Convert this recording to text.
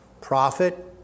prophet